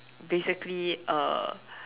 basically uh